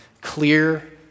clear